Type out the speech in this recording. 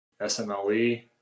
SMLE